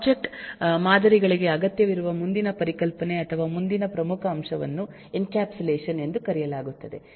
object ಮಾದರಿಗಳಿಗೆ ಅಗತ್ಯವಿರುವ ಮುಂದಿನ ಪರಿಕಲ್ಪನೆ ಅಥವಾ ಮುಂದಿನ ಪ್ರಮುಖ ಅಂಶವನ್ನು ಎನ್ಕ್ಯಾಪ್ಸುಲೇಷನ್ ಎಂದು ಕರೆಯಲಾಗುತ್ತದೆ